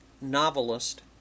novelist